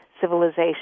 civilization